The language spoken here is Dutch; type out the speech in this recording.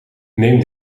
neem